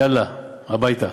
יאללה, הביתה.